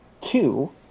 Two